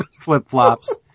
Flip-flops